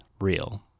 Real